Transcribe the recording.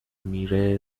میره